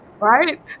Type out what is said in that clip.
right